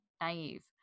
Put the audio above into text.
naive